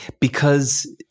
Because-